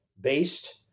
based